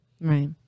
right